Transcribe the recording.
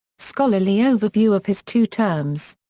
scholarly overview of his two terms.